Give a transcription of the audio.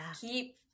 Keep